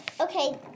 Okay